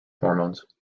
hormones